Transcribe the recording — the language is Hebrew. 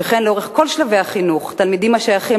שכן לאורך כל שלבי החינוך תלמידים השייכים